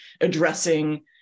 addressing